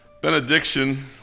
benediction